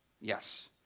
yes